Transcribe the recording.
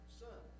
son